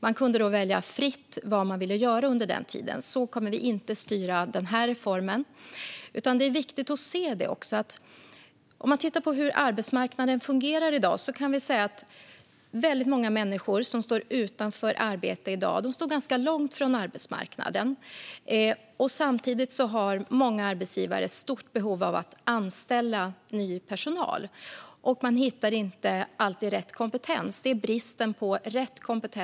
Man kunde då välja fritt vad man ville göra under den tiden. Så kommer vi inte att styra den här reformen. Om man tittar på hur arbetsmarknaden fungerar kan vi se att väldigt många människor som står utan arbete i dag står ganska långt från arbetsmarknaden. Samtidigt har många arbetsgivare stort behov av att anställa ny personal, men man hittar inte alltid rätt kompetens.